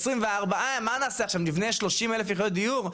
24 מה נעשה עכשיו נבנה 30 אלף יחידות דיור,